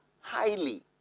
highly